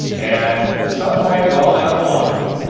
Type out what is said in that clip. and at some point well down the line.